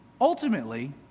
Ultimately